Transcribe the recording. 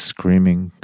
Screaming